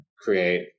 create